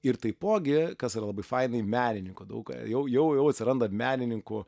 ir taipogi kas yra labai fainai menininkų daug jau jau jau atsiranda menininkų